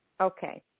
Okay